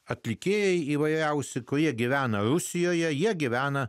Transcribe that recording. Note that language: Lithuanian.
atlikėjai įvairiausi kurie gyvena rusijoje jie gyvena